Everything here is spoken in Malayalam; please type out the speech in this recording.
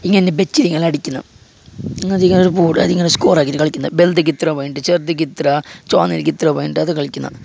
ഇങ്ങനെ വെച്ച് നിങ്ങൾ അടിക്കുന്ന അതിങ്ങനെ ബോർഡ് അതിങ്ങനെ സ്കോർ ആക്കിയിട്ട് കളിക്കുന്നത് വലിയതിന് ഇത്ര വേണ്ടത് ചെറിയതിന് ഇത്ര ചുവന്നതിന് വേണ്ടാതെ കളിക്കുന്ന